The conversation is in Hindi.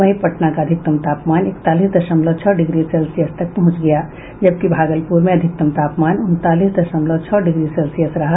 वहीं पटना का अधिकतम तापमान इकतालीस दशमलव छह डिग्री सेल्सियस तक पहुंच गया जबकि भागलपुर में अधिकतम तापमान उनतालीस दशमलव छह डिग्री सेल्सियस रहा